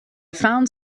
found